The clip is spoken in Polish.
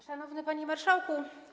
Szanowny Panie Marszałku!